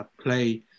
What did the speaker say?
play